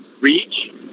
reach